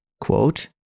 quote